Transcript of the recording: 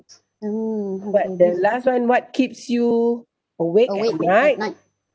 but the last one what keeps you awake at night